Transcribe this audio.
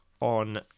on